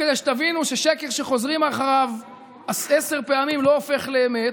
כדי שתבינו ששקר שחוזרים אחריו עשר פעמים לא הופך לאמת,